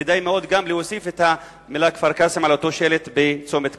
כדאי מאוד גם להוסיף את המלים "כפר-קאסם" על אותו שלט בצומת קסם.